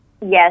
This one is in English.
Yes